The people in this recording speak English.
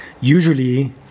usually